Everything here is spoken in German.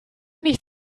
nicht